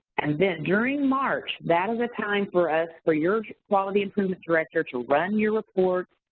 and then during march, that is a time for us for your quality improvement director to run your report,